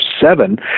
seven